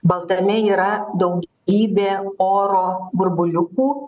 baltame yra daugybė oro burbuliukų